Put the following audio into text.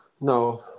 No